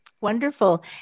Wonderful